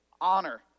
honor